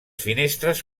finestres